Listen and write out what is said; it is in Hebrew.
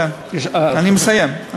כן, אני מסיים.